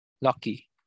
lucky